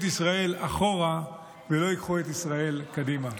ישראל אחורה ולא ייקחו את ישראל קדימה.